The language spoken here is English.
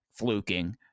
fluking